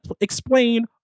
explain